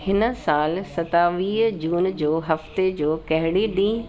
हिन साल सतावीह जून जो हफ़्ते जो कहिड़े ॾींहुं